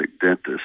dentist